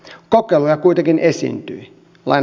kokeiluja kuitenkin esiintyi